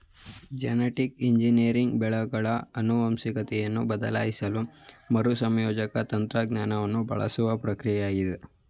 genetic engineering ಬೆಳೆಗಳ ಆನುವಂಶಿಕತೆಯನ್ನು ಬದಲಾಯಿಸಲು ಮರುಸಂಯೋಜಕ ತಂತ್ರಜ್ಞಾನವನ್ನು ಬಳಸುವ ಪ್ರಕ್ರಿಯೆಯಾಗಿದೆ